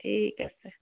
ঠিক আছে